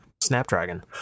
Snapdragon